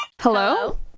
Hello